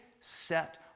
set